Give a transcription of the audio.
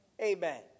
Amen